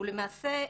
למעשה,